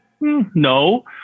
No